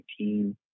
2019